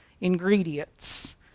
ingredients